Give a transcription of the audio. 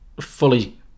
fully